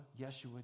Yeshua